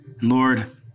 Lord